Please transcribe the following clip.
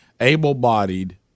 able-bodied